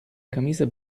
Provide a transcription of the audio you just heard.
camisa